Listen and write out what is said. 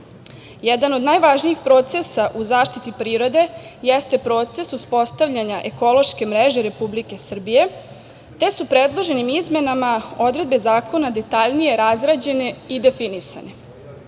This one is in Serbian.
Jedan od najvažnijih procesa u zaštiti prirode, jeste proces uspostavljanja ekološke mreže Republike Srbije, te su predloženim izmenama odredbe zakona detaljnije razrađene i definisane.